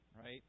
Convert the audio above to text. right